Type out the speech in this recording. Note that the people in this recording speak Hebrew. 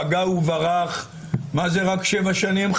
פגע וברח, מה זה רק 7 שנים?